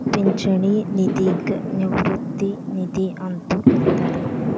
ಪಿಂಚಣಿ ನಿಧಿಗ ನಿವೃತ್ತಿ ನಿಧಿ ಅಂತೂ ಕರಿತಾರ